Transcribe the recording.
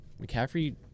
McCaffrey